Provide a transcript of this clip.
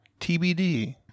TBD